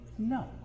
no